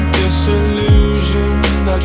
disillusioned